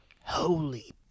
holy